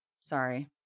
sorry